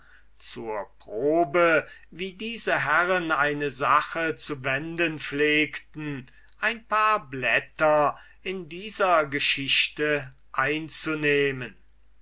zur probe wie diese herren eine sache zu wenden pflegten ein paar blätter in dieser geschichte einzunehmen